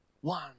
one